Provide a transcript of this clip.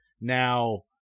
Now